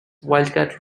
wildcat